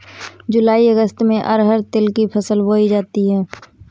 जूलाई अगस्त में अरहर तिल की फसल बोई जाती हैं